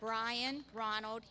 brian ronald